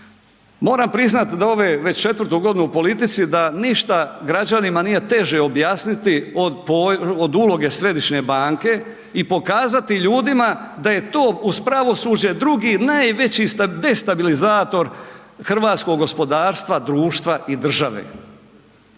Moram priznat da ove, već 4-tu godinu u politici da ništa građanima nije teže objasniti od uloge središnje banke i pokazati ljudima da je to uz pravosuđe drugi najveći destabilizator hrvatskog gospodarstva, društva i države.